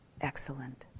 excellent